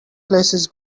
places